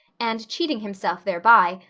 and cheating himself thereby,